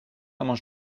comment